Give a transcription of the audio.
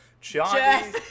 Johnny